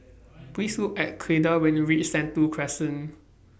Please Look At Clyda when YOU REACH Sentul Crescent